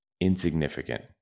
insignificant